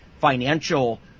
financial